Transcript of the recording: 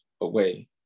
away